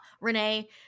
Renee